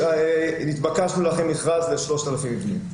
נתבקשנו להכין מכרז ל-3,000 מבנים,